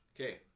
Okay